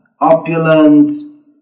opulent